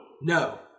No